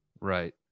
Right